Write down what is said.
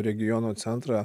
regiono centrą